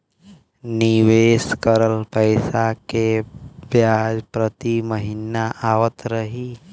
निवेश करल पैसा के ब्याज प्रति महीना आवत रही?